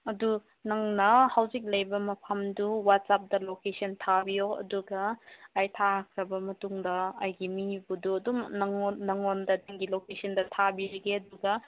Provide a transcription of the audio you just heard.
ꯑꯗꯨ ꯅꯪꯅ ꯍꯧꯖꯤꯛ ꯂꯩꯕ ꯃꯐꯝꯗꯨ ꯋꯥꯆꯞꯇ ꯂꯣꯀꯦꯁꯟ ꯊꯥꯕꯤꯌꯣ ꯑꯗꯨꯒ ꯑꯩ ꯊꯥꯈ꯭ꯔꯕ ꯃꯇꯨꯡꯗ ꯑꯩꯒꯤ ꯃꯤꯕꯨꯗꯨ ꯑꯗꯨꯝ ꯅꯪꯉꯣꯟ ꯅꯪꯉꯣꯟꯗ ꯅꯪꯒꯤ ꯂꯣꯀꯦꯁꯟꯗ ꯊꯥꯕꯤꯔꯒꯦ ꯑꯗꯨꯒ